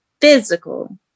physical